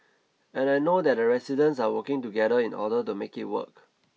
and I know that the residents are working together in order to make it work